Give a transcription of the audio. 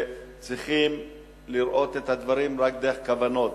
שצריכים לראות את הדברים רק דרך כוונות.